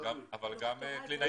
אבל גם קלינאי תקשורת.